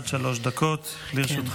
בבקשה, עד שלוש דקות לרשותך.